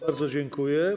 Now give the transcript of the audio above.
Bardzo dziękuję.